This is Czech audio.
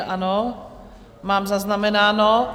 Ano, mám zaznamenáno.